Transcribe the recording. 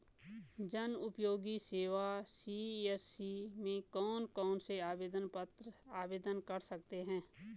जनउपयोगी सेवा सी.एस.सी में कौन कौनसे आवेदन पत्र आवेदन कर सकते हैं?